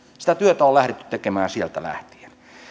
sitä työtä on lähdetty tekemään sieltä lähtien